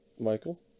Michael